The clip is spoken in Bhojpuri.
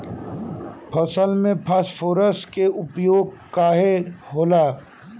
फसल में फास्फोरस के उपयोग काहे होला?